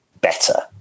better